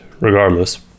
Regardless